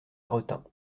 retint